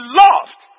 lost